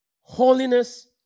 holiness